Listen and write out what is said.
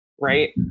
Right